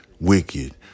wicked